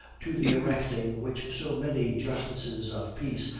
to the erecting which so many justices of peace,